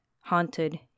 haunted